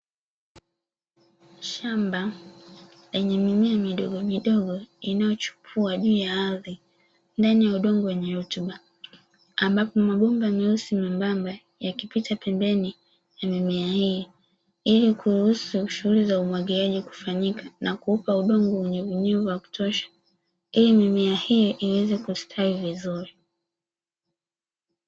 Shamba lenye mimea midogomidogo inayochipua juu ya ardhi ndani ya udongo wenye rutuba, ambapo mabomba meusi membamba yakipita pembeni ya mimea hii, ili kuruhusu shughuli za umwagiliaji kufanyika na kuupa udongo unyevunyevu wa kutosha ili mimea hiyo iweze kustawi vizuri.